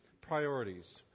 priorities